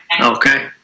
Okay